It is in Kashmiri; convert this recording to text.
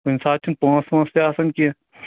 کُنہِ ساتہٕ چھُنہٕ پونٛسہٕ وۅنٛسہٕ تہِ آسان کیٚنٛہہ